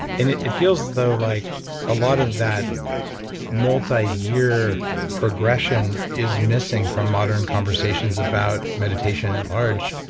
and it it feels though like a lot of that multi-year progression is missing from modern conversations about meditation at large.